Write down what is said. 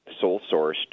sole-sourced